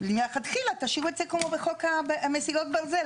מלכתחילה תשאירו את זה כמו בחוק מסילות הברזל.